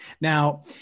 Now